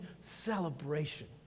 celebration